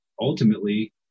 ultimately